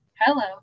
hello